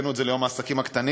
והבאנו את זה ליום העסקים הקטנים,